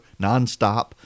nonstop